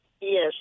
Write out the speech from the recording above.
Yes